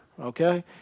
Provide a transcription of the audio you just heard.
okay